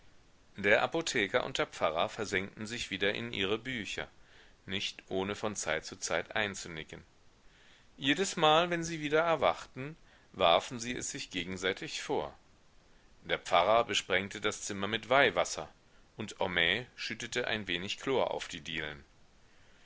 der apotheker und der pfarrer versenkten sich wieder in ihre bücher nicht ohne von zeit zu zeit einzunicken jedesmal wenn sie wieder erwachten warfen sie es sich gegenseitig vor der pfarrer besprengte das zimmer mit weihwasser und homais schüttete ein wenig chlor auf die dielen